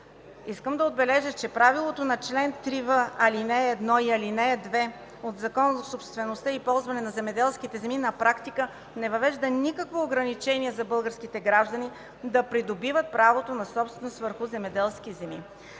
Искам да отбележа, че правилото на чл. 3в, ал. 1 и 2 от Закона за собствеността и ползването на земеделските земи на практика не въвежда никакво ограничение за българските граждани да придобиват правото на собственост върху земеделски земи.